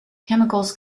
chemicals